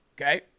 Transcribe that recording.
Okay